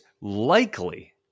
likely